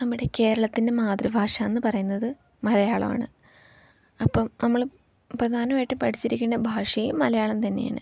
നമ്മുടെ കേരളത്തിൻ്റെ മാതൃഭാഷയെന്നു പറയുന്നത് മലയാളമാണ് അപ്പം നമ്മൾ പ്രധാനമായിട്ടും പഠിച്ചിരിക്കുന്ന ഭാഷയും മലയാളം തന്നെയാണ്